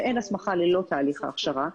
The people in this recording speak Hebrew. ואין הסמכה ללא תהליך ההכשרה,